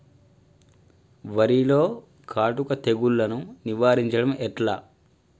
వరిలో కాటుక తెగుళ్లను నివారించడం ఎట్లా?